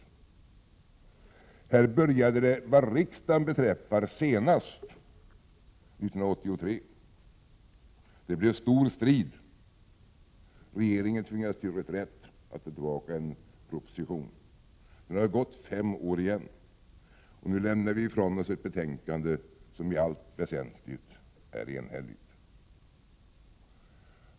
Det här började vad riksdagen beträffar senast 1983. Det blev stor strid. Regeringen tvingades till reträtt, att ta tillbaka propositionen. Nu har det gått fem år igen. Vi lämnar ifrån oss ett betänkande som i allt väsentligt är enhälligt.